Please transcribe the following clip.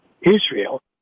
Israel